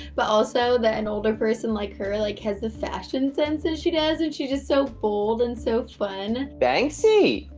but also that an older person like her like has the fashion sense that and she does, and she's just so bold and so fun. banksy.